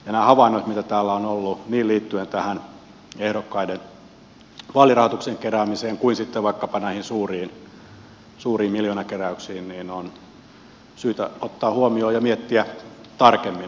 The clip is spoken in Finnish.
nämä havainnot joita täällä on ollut liittyen niin tähän ehdokkaiden vaalirahoituksen keräämiseen kuin sitten vaikkapa näihin suuriin miljoonakeräyksiin on syytä ottaa huomioon ja miettiä tarkemmin